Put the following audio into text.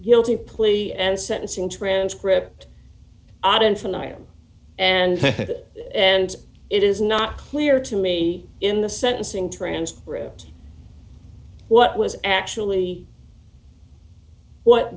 hilti plea and sentencing transcript audience than i am and it is not clear to me in the sentencing transcript what was actually what